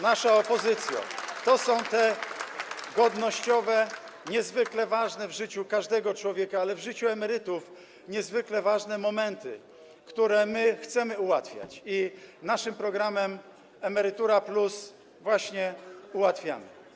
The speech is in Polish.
Nasza droga opozycjo, to są te godnościowe, ważne w życiu każdego człowieka, ale w życiu emerytów niezwykle ważne, momenty, które chcemy ułatwiać i naszym programem „Emerytura+” właśnie ułatwiamy.